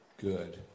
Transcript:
good